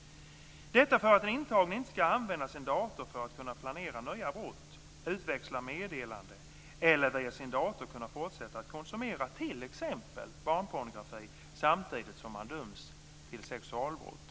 - detta för att den intagne inte ska använda sin dator för att kunna planera nya brott, utväxla meddelanden eller via sin dator kunna fortsätta att konsumera t.ex. barnpornografi samtidigt som han dömts för sexualbrott.